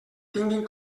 tinguin